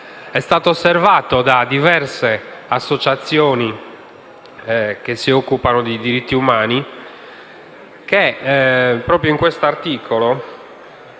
È stato osservato da diverse associazioni che si occupano di diritti umani che, proprio al comma 3 dell'articolo